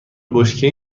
بشکه